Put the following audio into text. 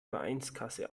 vereinskasse